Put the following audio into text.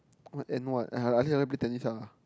and what uh I just never play tennis lah